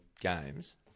games